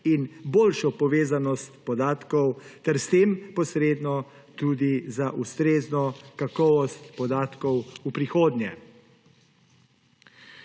in boljšo povezanost podatkov ter s tem posredno tudi za ustrezno kakovost podatkov v prihodnje.